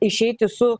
išeiti su